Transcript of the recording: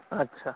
ᱟᱪᱪᱷᱟ ᱟᱪᱪᱷᱟ